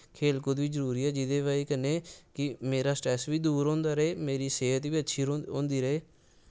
खेल कूद बी जरूरी ऐ जेह्दी बजह् कन्नै कि मेरा स्ट्रैस बी दूर होंदे रेह् मेरी सेह्त बी अच्छी होंदे रेह्